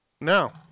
No